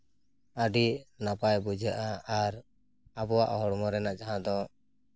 ᱟᱹᱰᱤ ᱟᱹᱰᱤ ᱱᱟᱯᱟᱭ ᱵᱩᱡᱷᱟᱹᱜᱼᱟ ᱟᱨ ᱟᱵᱚᱣᱟᱜ ᱦᱚᱲᱢᱚ ᱨᱮᱱᱟᱜ ᱡᱟᱦᱟᱸ ᱫᱚ